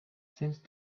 since